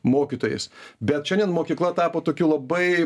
mokytojais bet šiandien mokykla tapo tokiu labai